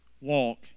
walk